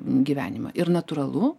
gyvenimą ir natūralu